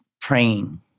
praying